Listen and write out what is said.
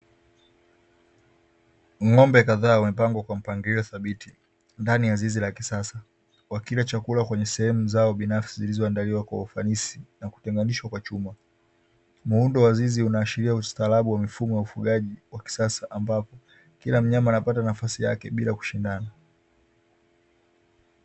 Ng'ombe kadhaa wamepangwa kwa mpangilio thabiti ndani ya zizi la kisasa wakila chakula kwenye sehemu zao binafsi zilizoandaliwa kwa ufanisi na kutenganishwa kwa chuma, muundo wa zizi unaashiria ustaarabu wa ufugaji wa kisasa, ambapo kila mnyama anapata nafasi yake bila kushindana.